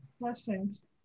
blessings